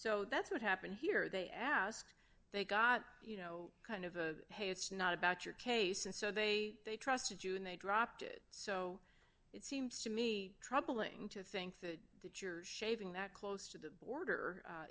so that's what happened here they ask they got you know kind of a hey it's not about your case and so they they trusted you and they dropped it so it seems to me troubling to think that that you're shaving that close to the border